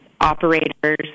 operators